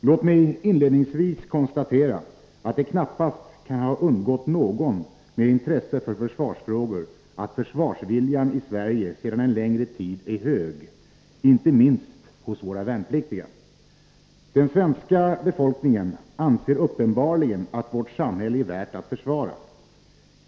Låt mig inledningsvis konstatera att det knappast kan ha undgått någon med intresse för försvarsfrågor att försvarsviljan i Sverige sedan en längre tid är hög, inte minst hos våra värnpliktiga. Den svenska befolkningen anser uppenbarligen att vårt samhälle är värt att försvara.